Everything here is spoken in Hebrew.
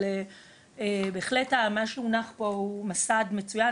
אבל בהחלט מה שהונח פה הוא מסד מצוין.